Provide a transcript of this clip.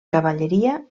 cavalleria